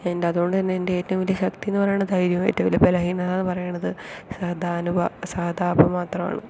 എൻ്റെ അത് കൊണ്ട് തന്നെ എൻ്റെ ഏറ്റവും വലിയ ശക്തി എന്ന് പറയുന്നത് ധൈര്യമായിട്ട് വരും ബലഹീനത എന്ന് പറയുന്നത് സഹദാനുബ സഹതാപം മാത്രമാണ്